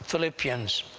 philippians